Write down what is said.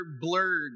blurred